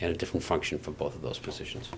and a different function for both of those positions